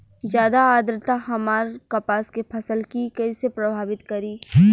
ज्यादा आद्रता हमार कपास के फसल कि कइसे प्रभावित करी?